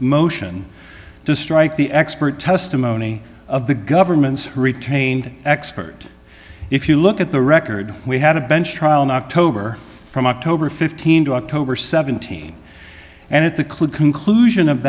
motion to strike the expert testimony of the government's retained expert if you look at the record we had a bench trial in october from october fifteenth to october seventeen and at the click conclusion of